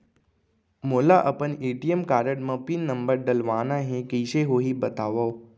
मोला अपन ATM card म पिन नंबर डलवाना हे कइसे होही बतावव?